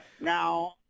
Now